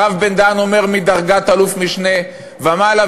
הרב בן-דהן אומר: מדרגת אלוף-משנה ומעלה,